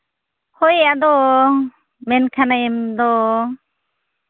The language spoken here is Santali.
ᱦᱳᱭ ᱟᱫᱚ ᱢᱮᱱ ᱠᱷᱟᱱᱮᱢ ᱫᱚ